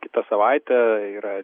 kitą savaitę yra